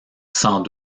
sans